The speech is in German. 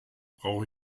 brauch